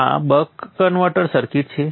આ buck converter circuit છે